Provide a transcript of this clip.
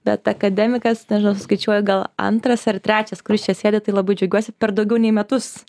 bet akademikas nežinau suskaičiuoju gal antras ar trečias kuris čia sėdi tai labai džiaugiuosi per daugiau nei metus